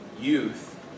youth